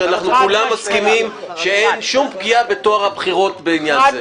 שכולנו מסכימים שאין שום פגיעה בטוהר הבחירות בעניין זה.